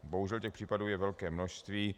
Bohužel těch případů je velké množství.